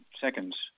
seconds